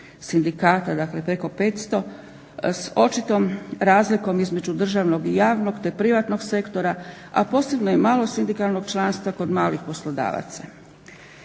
sindikata, dakle preko 500 s očitom razlikom između državnog i javnog te privatnog sektora, a posebno je malo sindikalnog članstva kod malih poslodavaca.